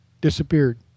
disappeared